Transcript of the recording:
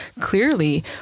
clearly